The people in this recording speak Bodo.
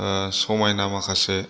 समायना माखासे